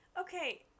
Okay